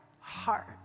heart